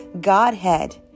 Godhead